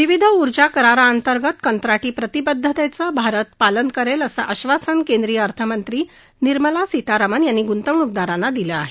विविध ऊर्जा कराराअंतर्गत कंत्राटी प्रतिबद्धतेचं भारत पालन करेल असं आधसन केंद्रीय अर्थमंत्री निर्मला सीतारामन यांनी गुंतवणूकदारांना दिलं आहे